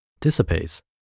dissipates